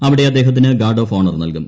അവിടെ അദ്ദേഹത്തിന് guard of honour നൽകും